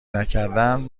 نکردند